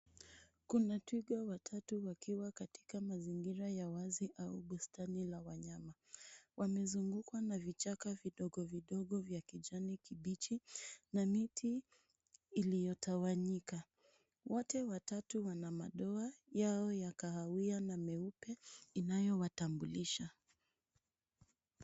Kuna twiga watatu wakiwa katika mazingira ya wazi au bustani la wanyama. Wamezungukwa na vichaka vidogo vidogo vya kijani kibichi na miti iliyotawanyika. Wote watatu wana madoa yao ya kahawia na meupe inayowatambulisha.